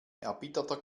erbitterter